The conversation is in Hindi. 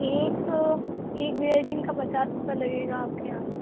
एक एक वैल्डिंग का पचास रुपए लगेगा आपके यहाँ